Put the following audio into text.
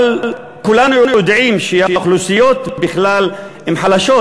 אבל כולנו יודעים שהאוכלוסיות בכלל הן חלשות,